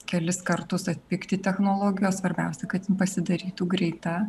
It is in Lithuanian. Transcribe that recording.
kelis kartus atpigti technologijos svarbiausia kad jin pasidarytų greita